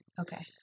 Okay